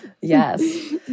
Yes